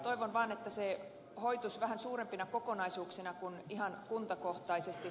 toivon vaan että se hoituisi vähän suurempina kokonaisuuksina kuin ihan kuntakohtaisesti